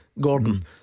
Gordon